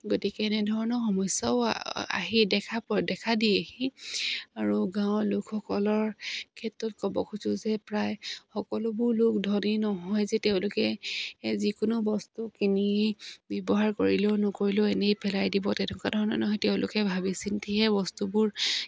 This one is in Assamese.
গতিকে এনেধৰণৰ সমস্যাও আহি দেখা দিয়েহি আৰু গাঁৱৰ লোকসকলৰ ক্ষেত্ৰত ক'ব খোজোঁ যে প্ৰায় সকলোবোৰ লোক ধনী নহয় যে তেওঁলোকে যিকোনো বস্তু কিনি ব্যৱহাৰ কৰিলেও নকৰিলেও এনেই পেলাই দিব তেনেকুৱা ধৰণৰ নহয় তেওঁলোকে ভাবি চিন্তিহে বস্তুবোৰ